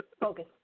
Focus